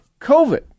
COVID